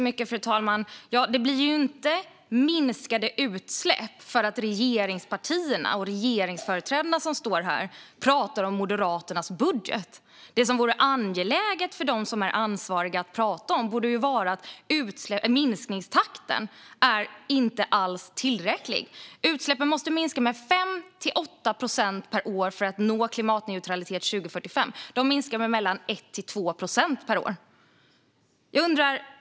Fru talman! Det blir ju inte minskade utsläpp för att regeringspartierna och regeringsföreträdarna står här pratar om Moderaternas budget. Det som borde vara angeläget för de ansvariga att prata om är att minskningstakten inte alls är tillräcklig. Utsläppen måste minska med 5-8 procent per år för att vi ska nå klimatneutralitet 2045. De minskar med 1-2 procent per år.